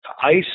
ice